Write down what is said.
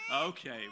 Okay